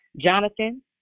jonathan